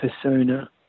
persona